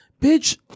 Bitch